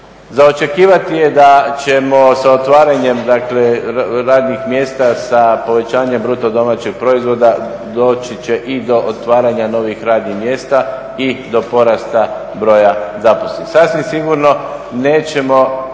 Za očekivati je da ćemo sa otvaranjem dakle radnih mjesta, sa povećanjem BDP-a doći će i do otvaranja novih radnih mjesta i do porasta broja zaposlenih. Sasvim sigurno nećemo